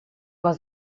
was